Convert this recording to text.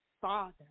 Father